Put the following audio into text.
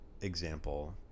example